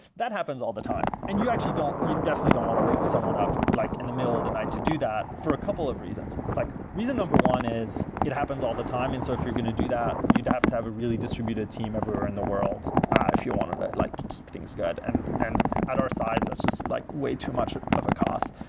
that happens all the time, and you actually don't you definitely don't want to wake someone up like in the middle of the night to do that for a couple of reasons. like reason number one is it happens all the time. so if you're going to do that, you'd have to have a really distributed team everywhere in the world if you want to to like things good. and and at our size, it's just like way too much of a cost.